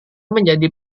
menjadi